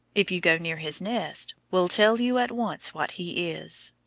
if you go near his nest, will tell you at once what he is.